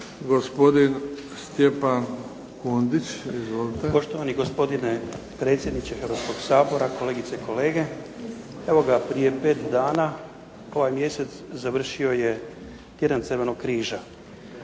**Kundić, Stjepan (HDZ)** Poštovani gospodine predsjedniče Hrvatskog sabora, kolegice i kolege. Evo ga, prije pet dana ovaj mjesec završio je tjedan Crvenog križa.